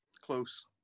Close